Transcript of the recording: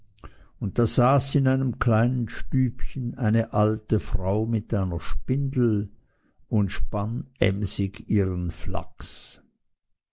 und saß da in einem kleinen stübchen eine alte frau mit einer spindel und spann emsig ihren flachs